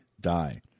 die